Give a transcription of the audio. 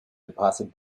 deposit